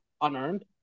unearned